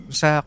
sa